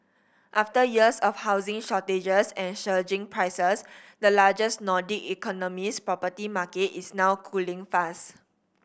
after years of housing shortages and surging prices the largest Nordic economy's property market is now cooling fast